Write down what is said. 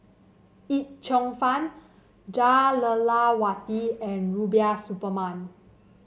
Yip Cheong Fun Jah Lelawati and Rubiah Suparman